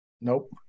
Nope